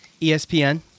ESPN